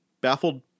Baffled